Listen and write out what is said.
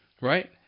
Right